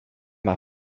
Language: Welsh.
mae